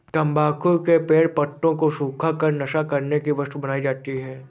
तम्बाकू के पेड़ पत्तों को सुखा कर नशा करने की वस्तु बनाई जाती है